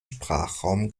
sprachraum